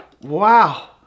Wow